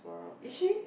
is she